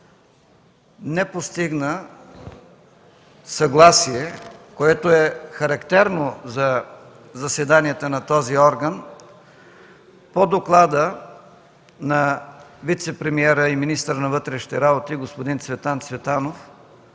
не постигна съгласие, което е характерно за заседанията на този орган, по доклада на вицепремиера и министър на вътрешните работи господин Цветан Цветанов